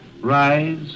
rise